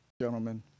gentlemen